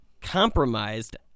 compromised